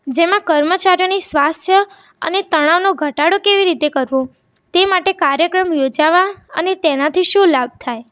જેમાં કર્મચારીઓની સ્વાસ્થ્ય અને તણાવનો ઘટાડો કેવી રીતે કરવો તે માટે કાર્યક્રમ યોજાવા અને તેનાથી શું લાભ થાય